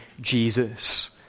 Jesus